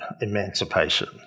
emancipation